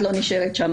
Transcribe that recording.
את לא נשארת שם,